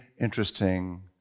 interesting